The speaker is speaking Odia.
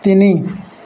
ତିନି